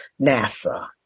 NASA